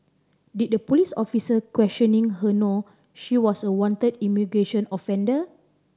did the police officer questioning her know she was a wanted immigration offender